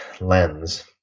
lens